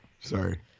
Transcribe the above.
sorry